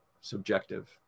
subjective